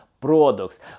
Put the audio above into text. products